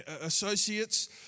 associates